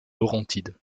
laurentides